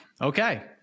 Okay